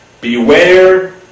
Beware